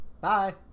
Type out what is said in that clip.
Bye